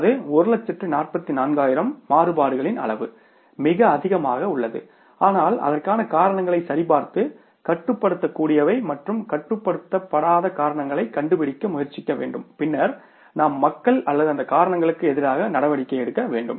அது 144000 மாறுபாடுகளின் அளவு மிக அதிகமாக உள்ளது ஆனால் அதற்கான காரணங்களை சரிபார்த்து கட்டுப்படுத்தக்கூடியவை மற்றும் கட்டுப்படுத்தப்படாத காரணங்களை கண்டுபிடிக்க முயற்சிக்க வேண்டும் பின்னர் நாம் மக்கள் அல்லது அந்த காரணங்களுக்கு எதிராக நடவடிக்கை எடுக்க வேண்டும்